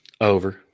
Over